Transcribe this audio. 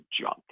junk